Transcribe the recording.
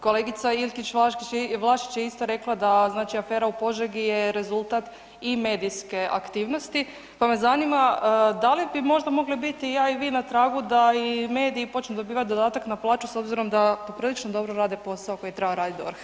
Kolegica Iljkić Vlašić je isto rekla da znači afera u Požegi je rezultat i medijske aktivnosti, pa me zanima da li bi možda mogli ja i vi na tragu da i mediji počnu dobivati dodatak na plaću s obzirom po prilično dobro rade posao koji treba raditi DORH.